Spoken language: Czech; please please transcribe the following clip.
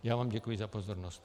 Já vám děkuji za pozornost.